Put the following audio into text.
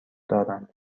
دارم